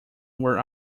were